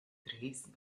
drīz